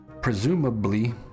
presumably